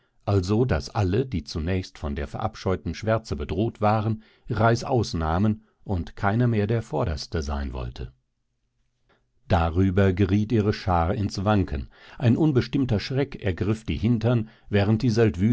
also daß alle die zunächst von der verabscheuten schwärze bedroht waren reißaus nahmen und keiner mehr der vorderste sein wollte darüber geriet ihre schar ins schwanken ein unbestimmter schreck ergriff die hintern während die